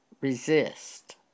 resist